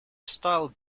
style